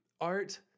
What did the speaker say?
art